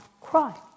cry